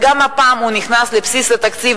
והפעם גם הוא נכנס לבסיס התקציב,